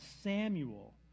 Samuel